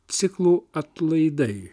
ciklu atlaidai